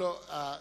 לא,